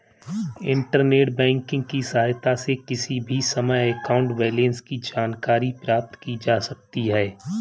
internet banking की सहायता से किसी भी समय अकाउंट बैलेंस की जानकारी प्राप्त की जा सकती है